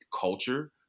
culture